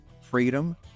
freedom